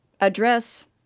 address